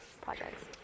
projects